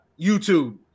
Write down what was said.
youtube